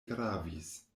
gravis